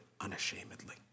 unashamedly